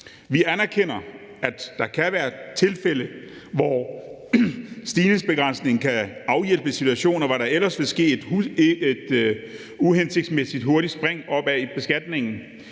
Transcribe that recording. Vi anerkender, at der kan være tilfælde, hvor stigningsbegrænsningen kan afhjælpe situationer, hvor der ellers ville ske et uhensigtsmæssigt hurtigt springe opad i beskatningen,